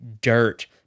dirt